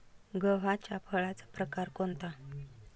गव्हाच्या फळाचा प्रकार कोणता?